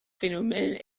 phénomènes